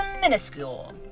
minuscule